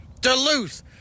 duluth